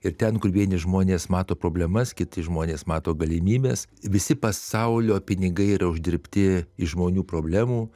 ir ten kur vieni žmonės mato problemas kiti žmonės mato galimybes visi pasaulio pinigai yra uždirbti iš žmonių problemų